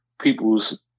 people's